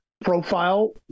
profile